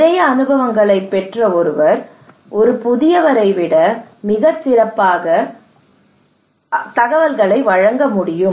நிறைய அனுபவங்களைப் பெற்ற ஒருவர் ஒரு புதியவரை விட மிகச் சிறப்பாக வழங்க முடியும்